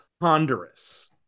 ponderous